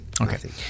Okay